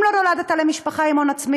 אם לא נולדת למשפחה עם הון עצמי,